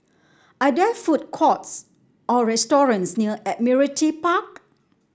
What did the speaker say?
are there food courts or restaurants near Admiralty Park